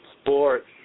Sports